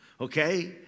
okay